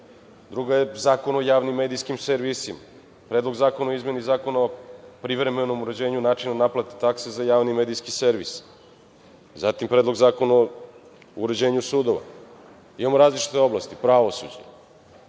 druga je Zakon o javnim medijskim servisima, Predlog zakona o izmeni Zakona o privremenom uređenju načina naplate takse za javni medijski servis, zatim, Predlog zakona o uređenju sudova. Imamo različite oblasti, pravosuđe,